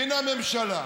והינה, הממשלה,